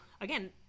again